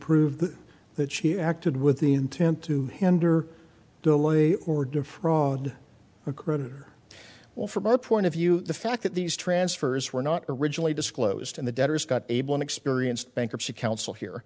prove that she acted with the intent to tender delay or defraud a creditor well from our point of view the fact that these transfers were not originally disclosed in the debtors got able an experienced bankruptcy counsel here